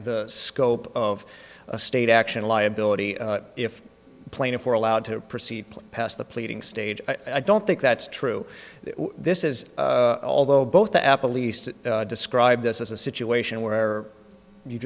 the scope of a state action liability if plaintiff were allowed to proceed past the pleading stage i don't think that's true this is although both the app at least describe this as a situation where you